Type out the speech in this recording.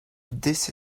this